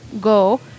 go